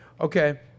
okay